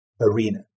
arena